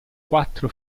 quattro